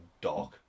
dark